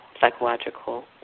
psychological